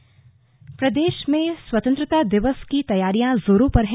स्वतंत्रता दिवस तैयारियां प्रदेश में स्वतंत्रता दिवस की तैयारियां जोरों पर है